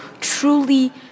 truly